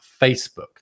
Facebook